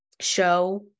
show